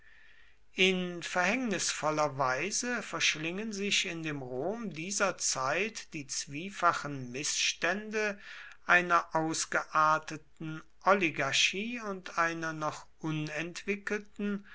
in verhängnisvoller weise verschlingen sich in dem rom dieser zeit die zwiefachen mißstände einer ausgearteten oligarchie und einer noch